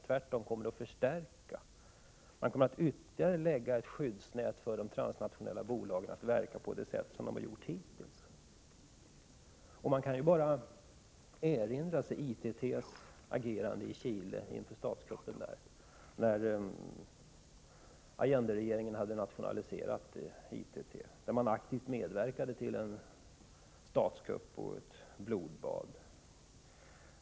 Tvärtom kommer MIGA att förstärka de transnationella bolagens ställning och ge dem ytterligare ett skyddsnät för att de skall kunna verka på det sätt som de har gjort hittills. Man kan bara erinra sig ITT:s agerande i Chile inför statskuppen där. När Allenderegeringen hade nationaliserat ITT, medverkade ITT aktivt till en statskupp och ett blodbad.